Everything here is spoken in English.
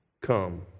come